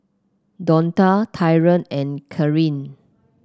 Donta Tyron and Kathryne